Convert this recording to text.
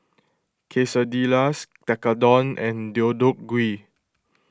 Quesadillas Tekkadon and Deodeok Gui